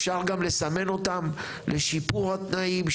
אפשר גם לסמן אותם לשיפור התנאים,